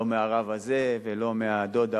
לא מהרב הזה ולא מהדוד ההוא,